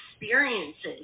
experiences